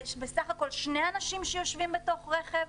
זה בסך הכול שני אנשים שיושבים בתוך רכב,